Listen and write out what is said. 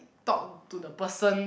talk to the person